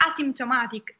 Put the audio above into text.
asymptomatic